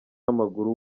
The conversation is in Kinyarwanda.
w’amaguru